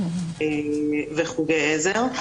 וחוגי עזר.